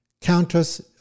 Countess